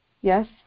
yes